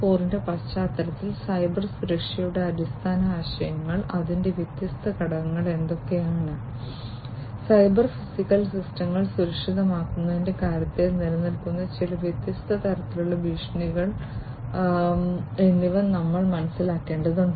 0 ന്റെ പശ്ചാത്തലത്തിൽ സൈബർ സുരക്ഷയുടെ അടിസ്ഥാന ആശയങ്ങൾ അതിന്റെ വ്യത്യസ്ത ഘടകങ്ങൾ എന്തൊക്കെയാണ് സൈബർ ഫിസിക്കൽ സിസ്റ്റങ്ങൾ സുരക്ഷിതമാക്കുന്നതിന്റെ കാര്യത്തിൽ നിലനിൽക്കുന്ന ചില വ്യത്യസ്ത തരത്തിലുള്ള ഭീഷണികൾ എന്നിവ നമ്മൾ മനസ്സിലാക്കേണ്ടതുണ്ട്